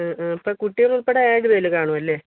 അ ആ അപ്പോൾ കുട്ടികൾ ഉൾപ്പെടെ ഏഴ് പേര് കാണുവല്ലേ